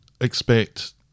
expect